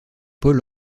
paul